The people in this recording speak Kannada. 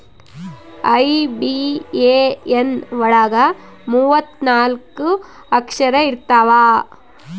ಐ.ಬಿ.ಎ.ಎನ್ ಒಳಗ ಮೂವತ್ತು ನಾಲ್ಕ ಅಕ್ಷರ ಇರ್ತವಾ